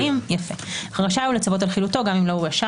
כאשר אנו עוסקים בצדדי ג',